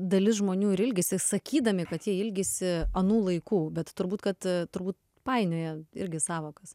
dalis žmonių ir ilgisi sakydami kad jie ilgisi anų laikų bet turbūt kad turbūt painioja irgi sąvokas